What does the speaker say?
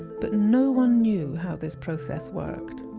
but no one knew how this process worked.